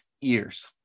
years